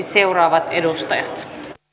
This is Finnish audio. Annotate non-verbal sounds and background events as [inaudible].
[unintelligible] seuraavat edustajat